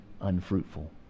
unfruitful